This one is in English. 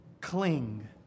Cling